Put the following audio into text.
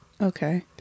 Okay